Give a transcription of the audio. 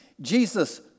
Jesus